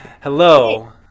hello